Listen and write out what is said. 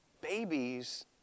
Babies